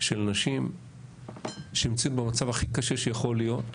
של נשים שנמצאים במצב הכי קשה שיכול להיות,